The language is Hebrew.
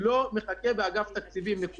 לא מחכה באגף התקציבים, נקודה.